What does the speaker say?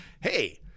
hey